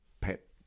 pet